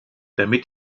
damit